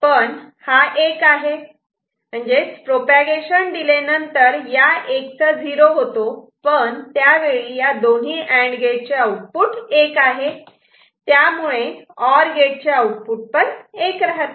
पण हा 1 आहे प्रोपागेशन डिले नंतर ह्या 1 चा 0 होतो पण त्यावेळी या दोन्ही अँड गेट चे आउटपुट 1 आहे आणि त्यामुळे ऑर गेट चे पण आउटपुट 1 राहते